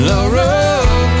Laurel